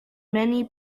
many